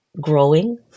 growing